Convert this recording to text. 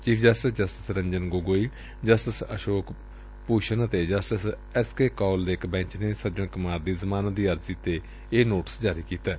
chief justice justice Ranjan Gogoi justice Asok Bhushan ਅਤੇ justice S K Kaul ਦੇ ਇਕ ਬੈਂਚ ਨੇ ਸੱਜਣ ਕੁਮਾਰ ਦੀ ਜ਼ਮਾਨਤ ਦੀ ਅਰਜ਼ੀ ਤੇ ਇਹ ਨੋਟਿਸ ਜਾਰੀ ਕੀਤੈ